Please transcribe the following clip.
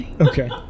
Okay